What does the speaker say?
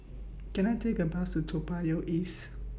Can I Take A Bus to Toa Payoh East